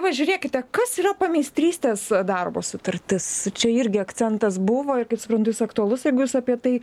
va žiūrėkite kas yra pameistrystės darbo sutartis čia irgi akcentas buvo ir kaip suprantu jis aktualus jeigu jūs apie tai